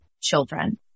children